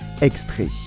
extrait